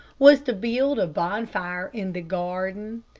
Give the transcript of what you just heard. was to build a bonfire in the garden.